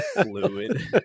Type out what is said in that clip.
Fluid